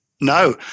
No